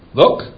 look